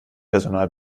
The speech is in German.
personal